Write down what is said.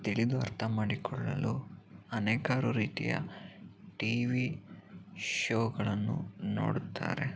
ತಿಳಿದು ಅರ್ಥ ಮಾಡಿಕೊಳ್ಳಲು ಅನೇಕಾರು ರೀತಿಯ ಟಿ ವಿ ಶೋಗಳನ್ನು ನೋಡುತ್ತಾರೆ